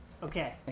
Okay